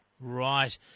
Right